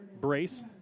brace